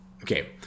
Okay